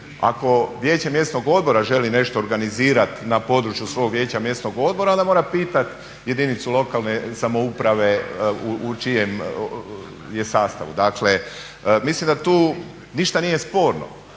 Ako Vijeće mjesnog odbora želi nešto organizirati na području svog vijeća mjesnog odbora onda mora pitati jedinicu lokalne samouprave u čijem je sastavu. Dakle, mislim da tu ništa nije sporno.